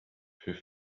für